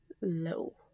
low